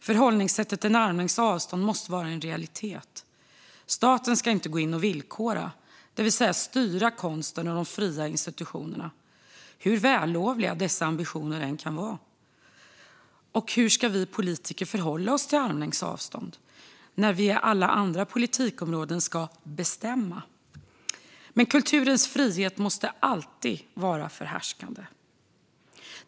Förhållningssättet armlängds avstånd måste vara en realitet. Staten ska inte gå in och villkora, det vill säga styra konsten och de fria institutionerna, hur vällovliga ambitioner man än har. Hur ska vi politiker förhålla oss till armlängds avstånd när vi på alla andra politikområden ska "bestämma"? Kulturens frihet måste alltid vara förhärskande.